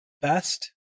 best